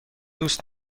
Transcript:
دوست